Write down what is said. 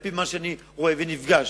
על-פי מה שאני רואה ונפגש